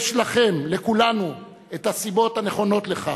יש לכם, לכולנו, כל הסיבות הנכונות לכך.